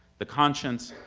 the conscience,